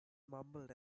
mumbled